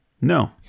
No